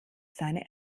seine